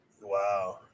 Wow